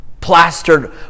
plastered